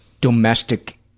domestic